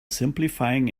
simplifying